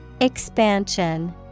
Expansion